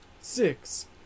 six